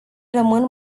rămân